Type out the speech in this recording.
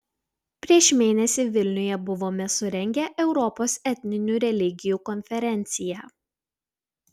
prieš mėnesį vilniuje buvome surengę europos etninių religijų konferenciją